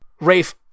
Rafe